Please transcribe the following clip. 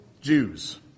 Jews